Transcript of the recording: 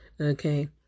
Okay